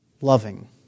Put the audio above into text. loving